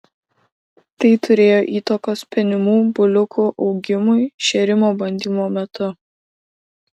tai turėjo įtakos penimų buliukų augimui šėrimo bandymo metu